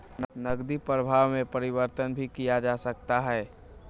नकदी प्रवाह में परिवर्तन भी किया जा सकता है